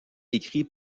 écrits